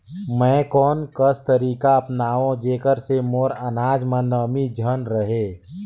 मैं कोन कस तरीका अपनाओं जेकर से मोर अनाज म नमी झन रहे?